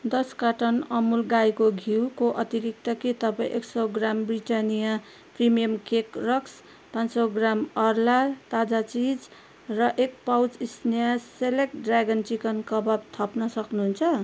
दस कार्टन अमुल गाईको घिउको अतिरिक्त के तपाईँ एक सय gram Britannia premium cake rusk पाँच सय ग्राम अर्ला ताजा चिज र एक pouch Sneha select dragon chicken कबाब थप्न सक्नुहुन्छ